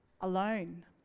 alone